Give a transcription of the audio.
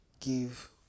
give